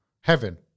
heaven